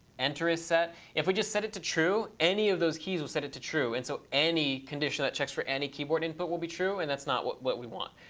enter is set. if we just set it to true, any of those keys will set it to true, and so any condition that checks for any keyboard input will be true and that's not what what we want.